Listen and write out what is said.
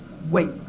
Wait